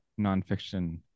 nonfiction